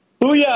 Booyah